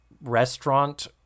restaurant